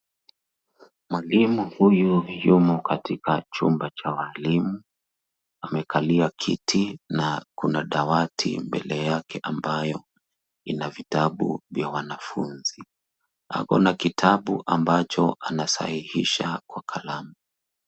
Mwalimu huyu yumo katika chumba cha walimu. Amekalia kiti na kuna dawati mbele yake ambayo ina vitabu vya wanafunzi. Ako na kitabu ambacho anasahihisha kwa kalamu.